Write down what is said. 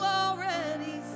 already